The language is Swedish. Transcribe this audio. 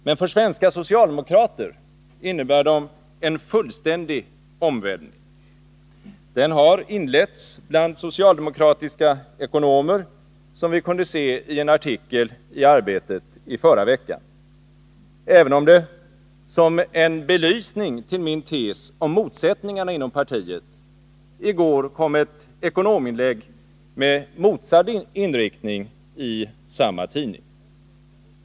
Men för svenska socialdemokrater innebär de en fullständig omvälvning. Den har inletts bland socialdemokratiska ekonomer, som vi kunde se i en artikel i Arbetet i förra veckan, även om det som en belysning till min tes om motsättningarna inom partiet i går kom ett ekonominlägg med motsatt inriktning i samma tidning.